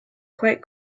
quite